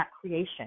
creation